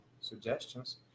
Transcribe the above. suggestions